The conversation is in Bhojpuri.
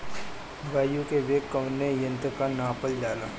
वायु क वेग कवने यंत्र से नापल जाला?